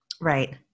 Right